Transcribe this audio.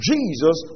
Jesus